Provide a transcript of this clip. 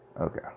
Okay